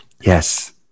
yes